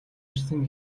ирсэн